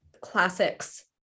classics